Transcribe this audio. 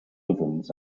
ovens